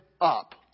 up